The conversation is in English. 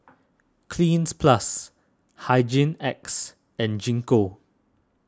Cleanz Plus Hygin X and Gingko